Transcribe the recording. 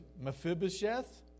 Mephibosheth